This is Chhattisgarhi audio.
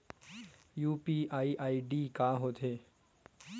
यू.पी.आई आई.डी का होथे?